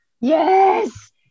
Yes